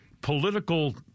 political